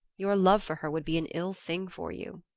your love for her would be an ill thing for you.